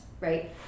right